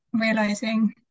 realizing